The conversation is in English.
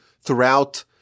throughout